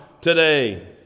today